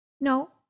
No